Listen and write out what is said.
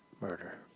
murder